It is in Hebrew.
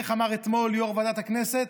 איך אמר אתמול יו"ר ועדת הכנסת?